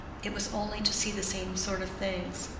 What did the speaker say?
it was only to see the same sort of things,